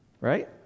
Right